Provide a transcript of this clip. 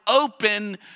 open